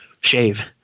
shave